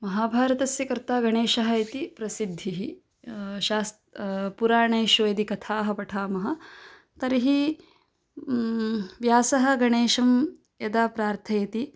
महाभारतस्य कर्ता गणेशः इति प्रसिद्धिः शास्त्रं पुराणेषु यदि कथाः पठामः तर्हि व्यासः गणेशं यदा प्रार्थयति